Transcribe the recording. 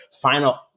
final